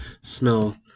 smell